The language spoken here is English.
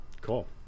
cool